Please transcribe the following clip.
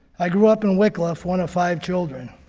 i grew up in wickliffe, one of five children.